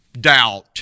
Doubt